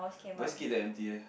Westgate damn empty eh